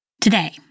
Today